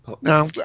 Now